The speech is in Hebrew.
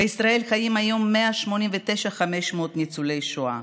בישראל חיים היום 189,500 ניצולי שואה,